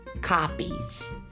copies